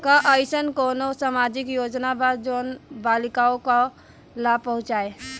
का अइसन कोनो सामाजिक योजना बा जोन बालिकाओं को लाभ पहुँचाए?